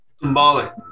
Symbolic